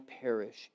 perish